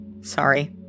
Sorry